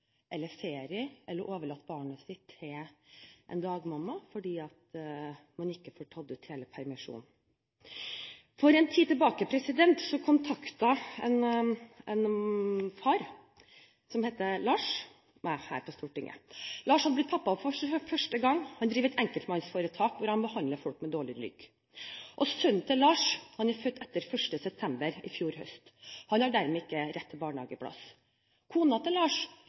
eller ferie eller overlate barnet sitt til en dagmamma, fordi man ikke får tatt ut hele permisjonen. For en tid siden kontaktet en far meg her på Stortinget. Han heter Lars. Lars har blitt pappa for første gang. Han driver et enkeltmannsforetak, der han behandler folk med dårlig rygg. Sønnen til Lars ble født etter 1. september i fjor høst. Han har dermed ikke rett til barnehageplass. Kona til Lars